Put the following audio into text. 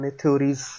theories